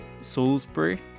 Salisbury